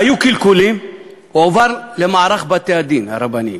היו קלקולים, הועבר למערך בתי-הדין הרבניים,